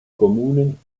kommunen